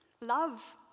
Love